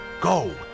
Go